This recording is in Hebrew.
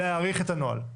להאריך את הנוהל?